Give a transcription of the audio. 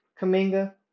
Kaminga